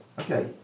Okay